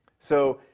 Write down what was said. so,